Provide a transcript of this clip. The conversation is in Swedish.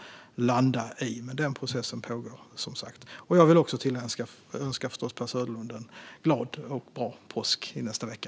Processen pågår som sagt, och vi får se vad det landar i. Jag önskar Per Söderlund en glad och bra påsk i nästa vecka.